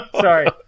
Sorry